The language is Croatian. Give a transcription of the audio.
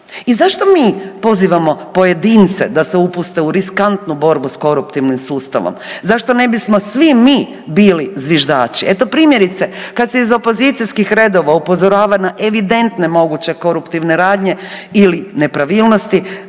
I zašto mi pozivamo pojedince da se upuste u riskantnu borbu s koruptivnim sustavom, zašto ne bismo svi mi bili zviždači? Eto, primjerice, kad se iz opozicijskih redova upozorava na evidentne moguće koruptivne radnje ili nepravilnosti,